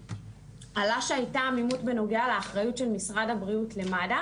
עלה שהייתה עמימות בנוגע לאחריות של משרד הבריאות למד"א,